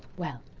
well.